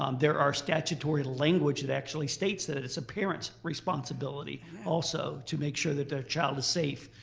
um there are statutory language that actually states that it's a parents' responsibility also to make sure that their child is safe.